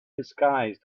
disguised